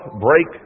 break